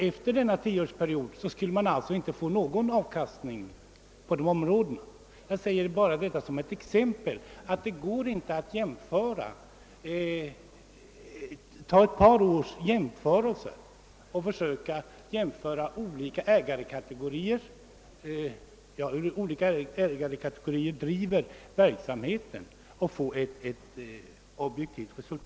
Efter denna tioårsperiod skulle skogen inte lämna någon avkastning. Jag tar detta enbart som ett exempel på att det inte går att göra en objektiv jämförelse av hur olika ägarkategorier driver verksamheten.